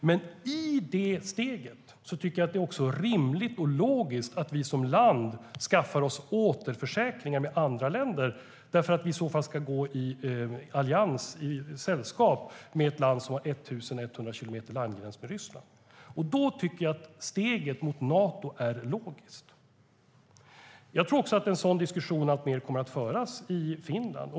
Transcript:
Men i det steget tycker jag att det också är rimligt och logiskt att vi som land skaffar oss återförsäkringar med andra länder eftersom vi i så fall ska gå i allians och sällskap med ett land som har 1 100 kilometer landgräns mot Ryssland. Då tycker jag att steget mot Nato är logiskt. Jag tror också att en sådan diskussion alltmer kommer att föras i Finland.